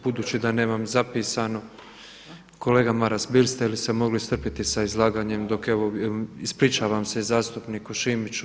Budući da nemam zapisano kolega Maras biste li se mogli strpiti sa izlaganjem dok evo, ispričavam se i zastupniku Šimiću.